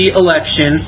election